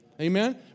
Amen